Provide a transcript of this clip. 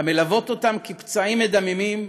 המלוות אותם כפצעים מדממים